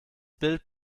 bild